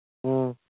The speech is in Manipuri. ꯎꯝ